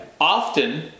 Often